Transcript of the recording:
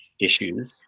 issues